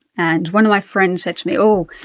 and one of my friends said to me, oh,